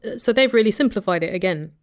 so they've really simplified it again.